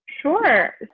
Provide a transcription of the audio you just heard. sure